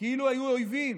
כאילו היו אויבים,